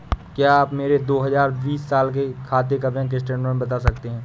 क्या आप मेरे दो हजार बीस साल के खाते का बैंक स्टेटमेंट बता सकते हैं?